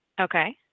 Okay